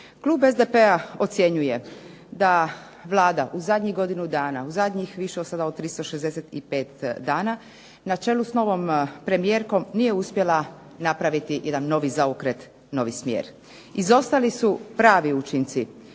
Klub SDP-a ocjenjuje da Vlada u zadnjih godinu dana, u zadnjih više od sada 365 dana na čelu sa novom premijerkom nije uspjela napraviti jedan novi zaokret, novi smjer. Izostali su pravi učinci.